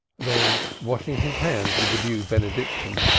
then, washing his hands with the due benediction,